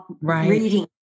reading